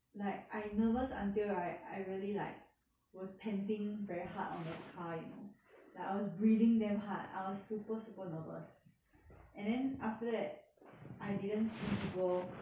like I nervous until right I really like was panting very hard on the car you know like I was breathing damn hard I was super super nervous and then after that I didn't see people